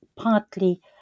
partly